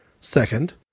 Second